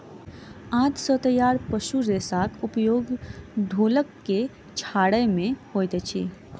आंत सॅ तैयार पशु रेशाक उपयोग ढोलक के छाड़य मे होइत अछि